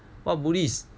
what buddhist